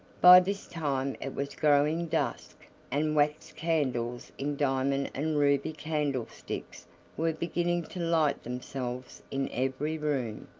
by this time it was growing dusk, and wax candles in diamond and ruby candlesticks were beginning to light themselves in every room.